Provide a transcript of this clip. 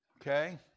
Okay